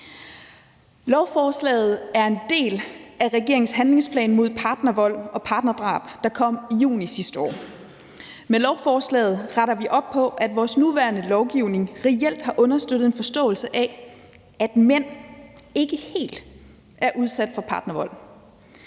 Lovforslaget er en del af regeringens handlingsplan mod partnervold og partnerdrab, der kom i juni sidste år. Med lovforslaget retter vi op på, at vores nuværende lovgivning reelt har understøttet en forståelse af, at mænd ikke rigtig er udsat for partnervold